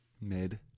mid